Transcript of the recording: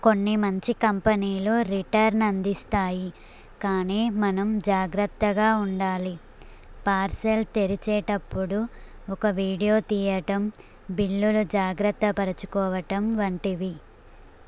కొన్నిమంచి కంపనీలు రిటర్న్ అందిస్తాయి కానీ మనం జాగ్రత్తగా ఉండాలి పార్సెల్ తెరిచేటప్పుడు ఒక వీడియో తీయటం బిల్లులు జాగ్రత్త పరుచుకోవటం వంటివి